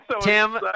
Tim